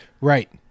Right